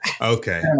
Okay